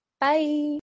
Bye